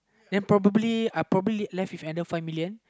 then probably I probably left with another five million